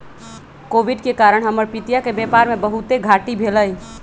Covid के कारण हमर पितिया के व्यापार में बहुते घाट्टी भेलइ